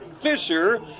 Fisher